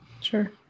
sure